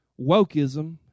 wokeism